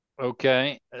Okay